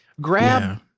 grab